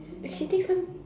she take some